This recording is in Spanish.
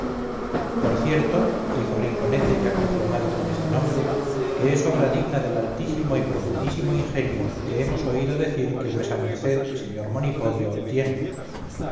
por cierto dijo rinconete ya confirmado con este nombre que es obra digna del altísimo y profundísimo ingenio que hemos oído decir que vuesa merced señor monipodio tiene